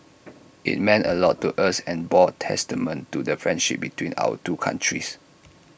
IT meant A lot to us and bore testament to the friendship between our two countries